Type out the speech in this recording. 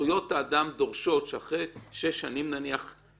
שזכויות האדם דורשות שאחרי שש שנים וזהו